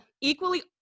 equally